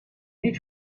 niet